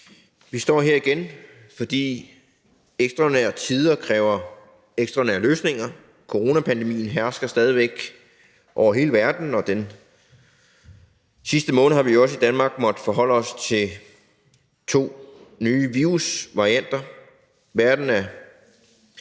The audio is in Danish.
Vi står her igen, fordi ekstraordinære tider kræver ekstraordinære løsninger. Coronapandemien hærger stadig væk over hele verden, og den sidste måned har vi jo også i Danmark måttet forholde os til to nye virusvarianter. Verden er